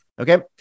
Okay